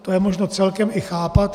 To je možno celkem i chápat.